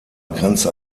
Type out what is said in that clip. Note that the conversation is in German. grenzte